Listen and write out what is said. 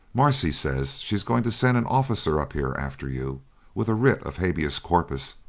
marcia says she's going to send an officer up here after you with a writ of habeas corpus,